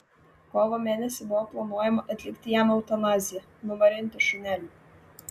kovo mėnesį buvo planuojama atlikti jam eutanaziją numarinti šunelį